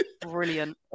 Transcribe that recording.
brilliant